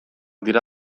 dira